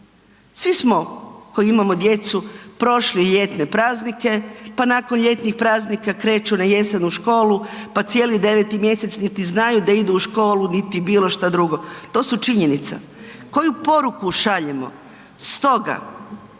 svi smo koji imamo djecu prošli ljetne praznike, pa nakon ljetnih praznika kreću na jesen u školu, pa cijeli 9. mjesec niti znaju da idu u školu, niti bilo šta drugo, to su činjenica. Koju poruku šaljemo? Stoga,